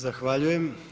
Zahvaljujem.